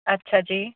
ਅੱਛਾ ਜੀ